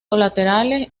colaterales